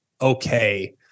okay